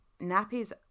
nappies